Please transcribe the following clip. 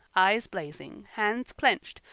eyes blazing, hands clenched,